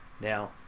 Now